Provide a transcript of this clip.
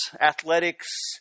athletics